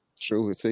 true